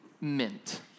mint